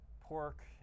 pork